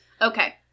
Okay